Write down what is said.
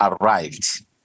arrived